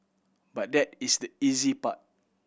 but that is the easy part